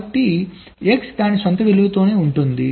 కాబట్టి X దాని స్వంత విలువతోనే ఉంటుంది